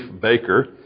baker